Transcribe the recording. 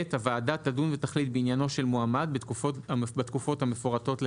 (ב) הוועדה תדון ותחליט בעניינו של מועמד בתקופות המפורטות להלן,